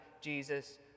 Jesus